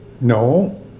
No